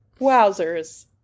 wowzers